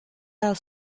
our